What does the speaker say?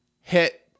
hit